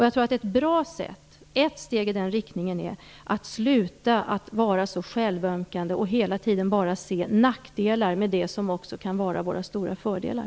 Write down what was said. Jag tror att ett steg i den riktningen är att sluta vara så självömkande och hela tiden bara se nackdelar med det som också kan vara våra stora fördelar.